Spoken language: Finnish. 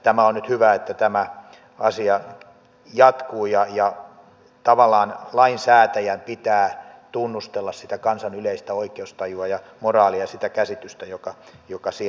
tämä on nyt hyvä että tämä asia jatkuu ja tavallaan lainsäätäjän pitää tunnustella sitä kansan yleistä oikeustajua ja moraalia ja sitä käsitystä joka siellä on